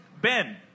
Ben